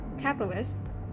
capitalists